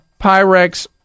Pyrex